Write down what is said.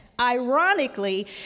Ironically